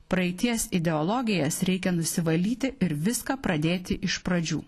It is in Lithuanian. praeities ideologijas reikia nusivalyti ir viską pradėti iš pradžių